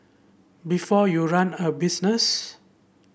before you run a business